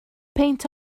peint